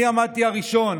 אני עמדתי הראשון